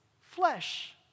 flesh